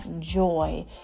joy